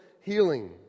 healing